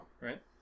Right